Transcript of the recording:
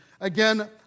Again